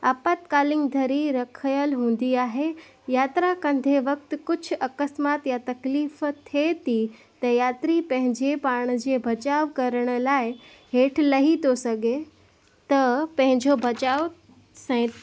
आपातकालीन धरी रखियल हूंदी आहे यात्रा कंदे वक़्तु कुझु अकस्मात या तकलीफ़ थिए थी त यात्री पंहिंजे बचाव करण लाइ हेठि लही थो सघे त पंहिंजो बचाव सें